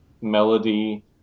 Melody